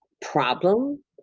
problem